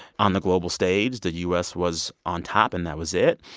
on the global stage, that u s. was on top, and that was it.